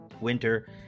winter